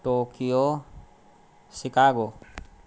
Tokyo Chicago